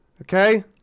okay